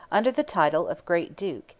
under the title of great duke,